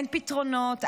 אין פתרונות,